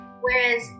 Whereas